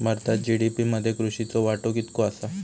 भारतात जी.डी.पी मध्ये कृषीचो वाटो कितको आसा?